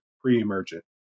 pre-emergent